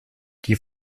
die